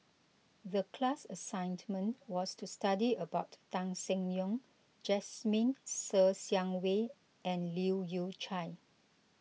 the class assignment was to study about Tan Seng Yong Jasmine Ser Xiang Wei and Leu Yew Chye